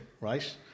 right